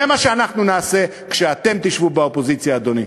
זה מה שאנחנו נעשה כשאתם תשבו באופוזיציה, אדוני.